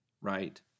right